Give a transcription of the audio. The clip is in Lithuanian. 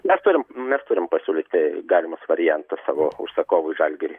mes turim mes turim pasiūlyti galimus variantus savo užsakovui žalgiriui